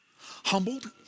humbled